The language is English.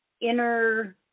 inner